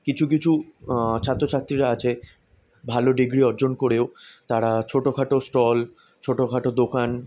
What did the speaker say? কিছু কিছু ছাত্র ছাত্রীরা আছে ভালো ডিগ্রি অর্জন করেও তারা ছোটোখাটো স্টল ছোটোখাটো দোকান